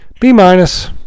B-minus